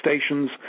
stations